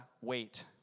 wait